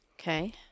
Okay